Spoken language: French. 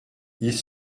ils